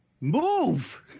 Move